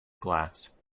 glass